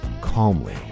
calmly